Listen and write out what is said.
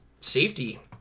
safety